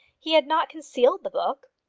he had not concealed the book.